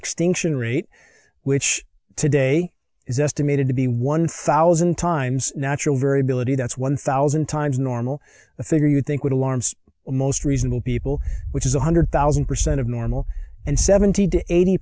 extinction rate which today is estimated to be one thousand times natural variability that's one thousand times normal the figure you think would alarms most reasonable people which is one hundred thousand percent of normal and seventy to eighty